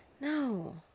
No